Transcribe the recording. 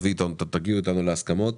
תגיעו איתנו להסכמות".